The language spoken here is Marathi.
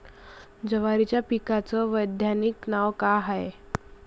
जवारीच्या पिकाचं वैधानिक नाव का हाये?